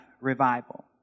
revival